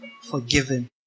forgiven